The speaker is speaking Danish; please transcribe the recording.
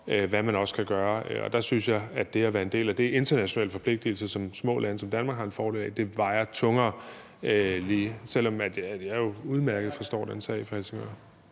hvad man kan gøre, og der synes jeg, at det at være en del af internationale forpligtelser, som små lande som Danmark har en fordel af, vejer tungere, selv om jeg udmærket forstår den sag fra Helsingør.